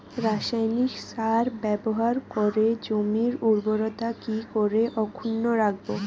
রাসায়নিক সার ব্যবহার করে জমির উর্বরতা কি করে অক্ষুণ্ন রাখবো